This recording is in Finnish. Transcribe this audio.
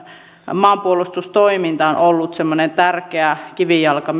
maanpuolustustoiminta on ollut semmoinen tärkeä kivijalka